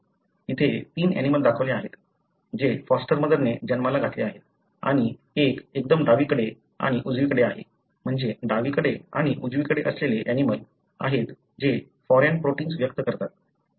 येथे तीन ऍनिमलं दाखवले आहेत जे फॉस्टर मदरने जन्माला घातले आहेत आणि एक एकदम डावीकडे आणि उजवीकडे आहे म्हणजे डावीकडे आणि उजवीकडे असलेले ऍनिमलं आहेत जे फॉरेन प्रोटिन्स व्यक्त करतात